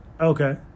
Okay